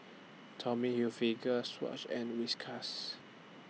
Tommy Hilfiger Swatch and Whiskas